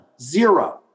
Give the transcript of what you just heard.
zero